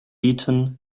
eton